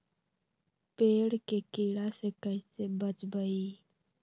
पेड़ के कीड़ा से कैसे बचबई?